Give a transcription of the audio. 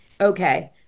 Okay